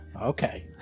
Okay